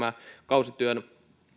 kausityön